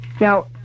now